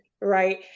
right